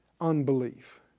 unbelief